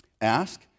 Ask